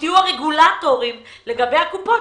תהיו הרגולטורים של הקופות,